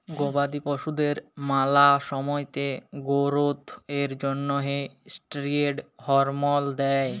গবাদি পশুদের ম্যালা সময়তে গোরোথ এর জ্যনহে ষ্টিরেড হরমল দেই